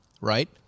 Right